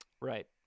Right